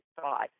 thought